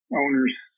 owner's